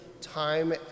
Time